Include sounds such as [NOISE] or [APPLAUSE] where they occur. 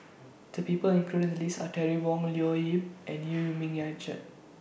The People included in The list Are Terry Wong Leo Yip and EU Yee Ming [NOISE] Richard